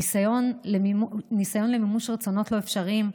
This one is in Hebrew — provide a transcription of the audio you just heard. ניסיון למימוש רצונות לא אפשריים,